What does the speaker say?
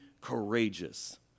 courageous